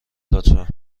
لطفا